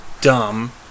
dumb